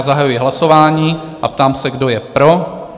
Zahajuji hlasování a ptám se, kdo je pro.